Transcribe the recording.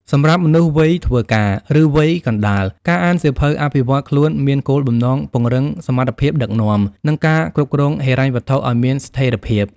សម្រាប់មនុស្សវ័យធ្វើការ ឬវ័យកណ្ដាល ការអានសៀវភៅអភិវឌ្ឍខ្លួនមានគោលបំណងពង្រឹងសមត្ថភាពដឹកនាំ និងការគ្រប់គ្រងហិរញ្ញវត្ថុឱ្យមានស្ថិរភាព។